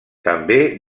també